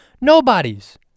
Nobody's